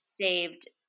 saved